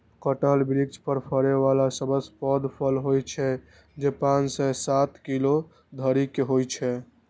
कटहल वृक्ष पर फड़ै बला सबसं पैघ फल होइ छै, जे पांच सं सात किलो धरि के होइ छै